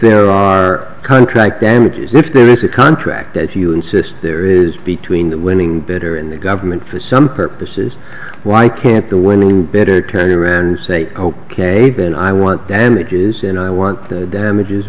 there are contract damages if there is a contract as you insist there is between the winning bidder and the government for some purposes why can't the winning bidder turn around and say ok even i want damages and i want the damages